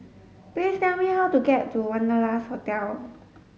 please tell me how to get to Wanderlust Hotel